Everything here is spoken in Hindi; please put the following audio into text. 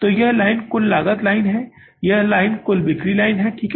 तो यह लाइन कुल लागत लाइन है यह लाइन कुल बिक्री लाइन है ठीक है